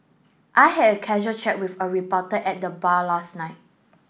I had a casual chat with a reporter at the bar last night